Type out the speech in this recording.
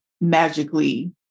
magically